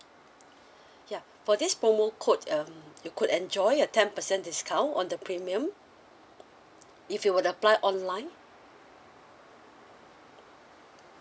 ya for this promo code um you could enjoy a ten percent discount on the premium if you will apply online